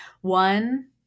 One